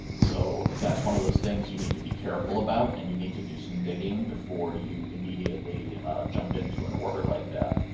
so that's one of those things you need to be careful about and you need to do some digging before you immediately jump into an order like that.